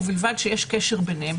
ובלבד שיש קשר ביניהם,